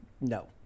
no